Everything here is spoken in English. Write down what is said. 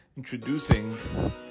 Introducing